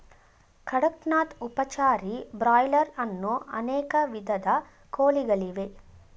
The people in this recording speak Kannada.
ಕಡಕ್ ನಾಥ್, ಉಪಚಾರಿ, ಬ್ರಾಯ್ಲರ್ ಅನ್ನೋ ಅನೇಕ ವಿಧದ ಕೋಳಿಗಳಿವೆ